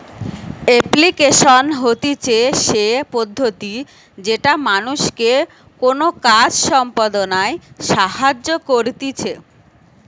application হতিছে সে পদ্ধতি যেটা মানুষকে কোনো কাজ সম্পদনায় সাহায্য করতিছে